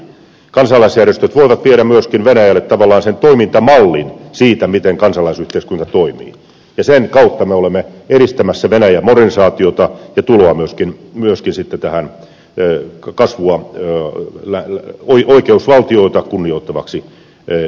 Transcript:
kansalaisjärjestöt voivat viedä myöskin venäjälle tavallaan sen toimintamallin siitä miten kansalaisyhteiskunta toimii ja sen kautta me olemme edistämässä venäjän modernisaatiota ja tuloa myöskin oikeusvaltioita kunnioittavaksi demok ratiaksi